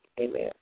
Amen